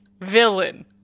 villain